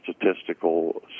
statistical